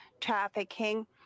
trafficking